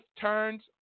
turns